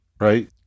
right